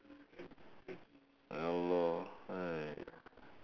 ya lor !haiya!